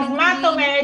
אז מה את אומרת,